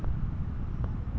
আরো কয়টা কিস্তি বাকি আছে?